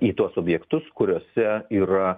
į tuos objektus kuriuose yra